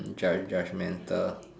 judge~ judgmental